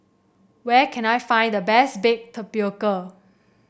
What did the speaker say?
where can I find the best Baked Tapioca